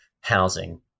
housing